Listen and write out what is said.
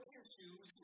issues